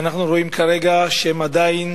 ואנחנו רואים כרגע שהם עדיין